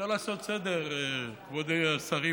צריך לעשות סדר, כבוד השרים,